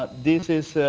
but this is